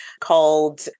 called